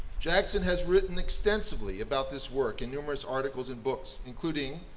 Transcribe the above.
jackson has written extensively about this work in numerous articles and books including,